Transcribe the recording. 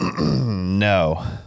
No